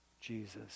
Jesus